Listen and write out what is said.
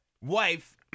wife